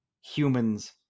humans